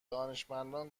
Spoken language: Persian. دانشمندا